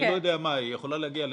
אני לא יודע מה יכול להגיע ל-200,